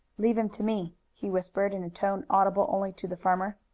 leave him to me, he whispered in a tone audible only to the farmer.